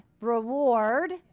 Reward